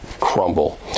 crumble